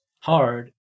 hard